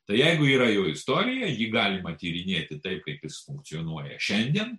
tai jeigu yra jo istorija jį galima tyrinėti tai kaip jis funkcionuoja šiandien